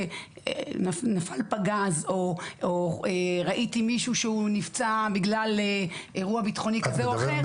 נפל פגז או ראיתי מישהו שנפצע בגלל אירוע ביטחוני כזה או אחר.